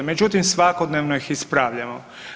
Međutim, svakodnevno ih ispravljamo.